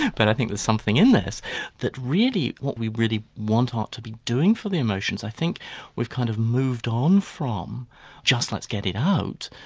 but i think there's something in this that really, what we really want art to be doing for the emotions, i think we've kind of moved on from just let's get it out,